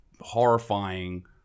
horrifying